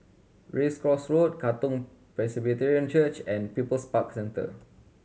Race Course Road Katong Presbyterian Church and People's Park Centre